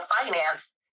finance